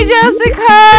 Jessica